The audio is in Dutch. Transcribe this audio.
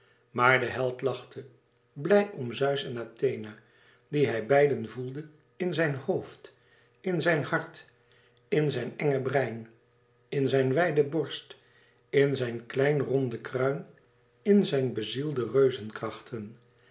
maar de held lachte blij om zeus en athena die hij beiden voelde in zijn hoofd in zijn hart in zijn enge brein in zijn wijde borst in zijn kleinronden kruin in zijn bezielde